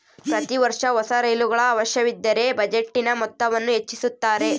ಪ್ರತಿ ವರ್ಷ ಹೊಸ ರೈಲುಗಳ ಅವಶ್ಯವಿದ್ದರ ಬಜೆಟಿನ ಮೊತ್ತವನ್ನು ಹೆಚ್ಚಿಸುತ್ತಾರೆ